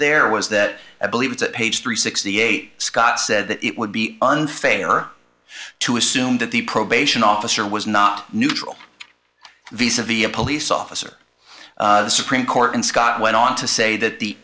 there was that i believe it's at page three sixty eight scott said that it would be unfair to assume that the probation officer was not neutral these of the a police officer supreme court and scott went on to say that the